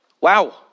Wow